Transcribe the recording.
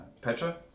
Petra